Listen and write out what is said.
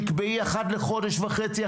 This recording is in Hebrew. תקבעי אחת לחודש וחצי,